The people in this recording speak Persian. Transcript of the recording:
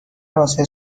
واسه